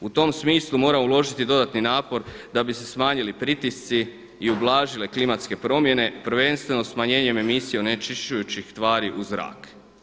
U tom smislu mora uložiti dodatni napor, da bi se smanjili pritisci i ublažile klimatske promjene, prvenstveno smanjenjem emisije onečišćujućih tvari u zrak.